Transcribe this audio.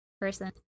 Person